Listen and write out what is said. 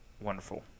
wonderful